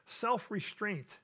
self-restraint